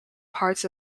parts